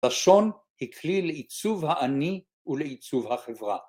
לשון היא הכלי לעיצוב האני ‫ולעיצוב החברה.